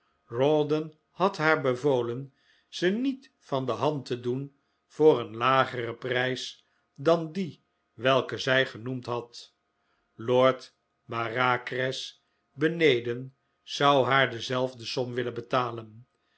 rawdon had haar bevolen ze niet van de hand te doen voor een lageren prijs dan dien welken zij genoemd had lord bareacres beneden zou haar dezelfde som willen betalen